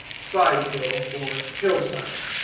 side-hill for hillside.